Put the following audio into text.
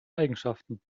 eigenschaften